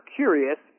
curious